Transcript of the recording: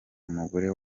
umugore